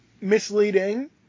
misleading